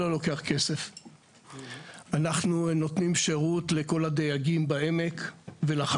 זה שירות לחקלאים למיגור נזקי